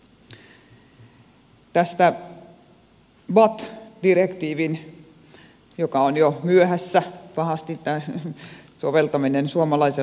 tästä bat direktiivistä jonka soveltaminen suomalaiseen lainsäädäntöön on jo myöhässä pahasti